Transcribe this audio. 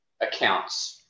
accounts